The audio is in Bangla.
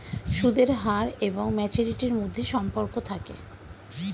সুদের হার এবং ম্যাচুরিটির মধ্যে সম্পর্ক থাকে